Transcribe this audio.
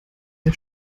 der